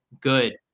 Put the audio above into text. good